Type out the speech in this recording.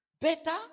Better